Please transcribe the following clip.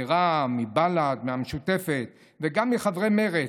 מרע"מ, מבל"ד, מהמשותפת, וגם מחברי מרצ: